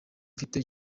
mfite